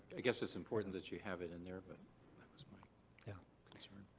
i guess it's important that you have it in there, but that was my yeah concern.